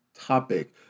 topic